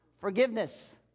forgiveness